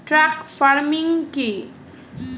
Truck farming কি?